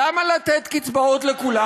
למה לתת קצבאות לכולם?